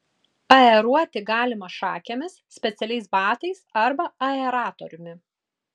aeruoti galima šakėmis specialiais batais arba aeratoriumi